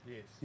Yes